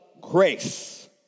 grace